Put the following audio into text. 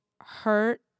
hurt